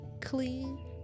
clean